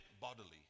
bodily